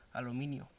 Aluminio